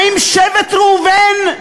מה עם שבט ראובן,